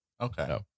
Okay